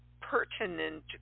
pertinent